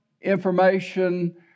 information